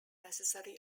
necessarily